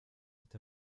est